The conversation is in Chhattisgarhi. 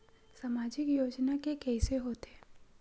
सामाजिक योजना के कइसे होथे?